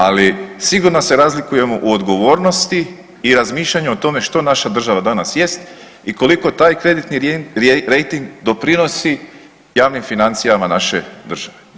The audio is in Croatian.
Ali sigurno se razlikujemo u odgovornosti i razmišljanju o tome što naša država danas jest i koliko taj kreditni rejting doprinosi javnim financijama naše države.